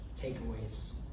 takeaways